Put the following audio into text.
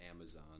Amazon